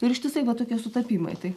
ir ištisai va tokie sutapimai tai